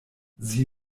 sie